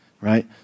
right